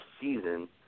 season